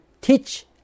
teach